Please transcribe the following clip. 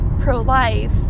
pro-life